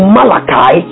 Malachi